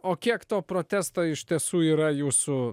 o kiek to protesto iš tiesų yra jūsų